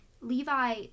Levi